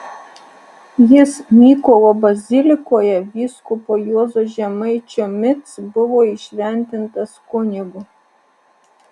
jis mykolo bazilikoje vyskupo juozo žemaičio mic buvo įšventintas kunigu